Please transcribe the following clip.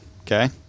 okay